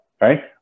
right